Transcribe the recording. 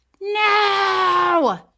no